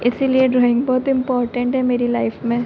इसीलिए जो है बहुत इम्पोर्टेन्ट है मेरी लाइफ में